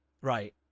Right